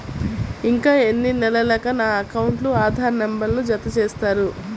ఇంకా ఎన్ని నెలలక నా అకౌంట్కు ఆధార్ నంబర్ను జత చేస్తారు?